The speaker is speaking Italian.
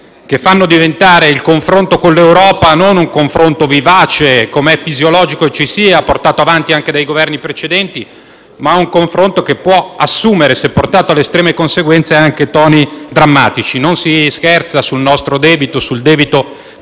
che fanno diventare il confronto con l'Europa non un confronto vivace, come è fisiologico ci sia, portato avanti anche dai Governi precedenti, ma un confronto che può assumere, se portato alle estreme conseguenze, toni drammatici. Non si scherza sul debito che abbiamo